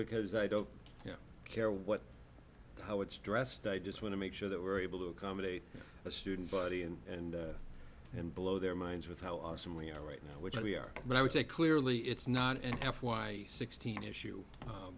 because i don't care what how it's dressed i just want to make sure that we're able to accommodate the student body and and blow their minds with how awesome we are right now which we are but i would say clearly it's not enough why sixteen issue